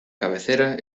cabecera